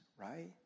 Right